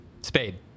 Spade